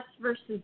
versus